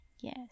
Yes